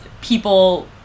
people